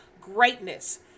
greatness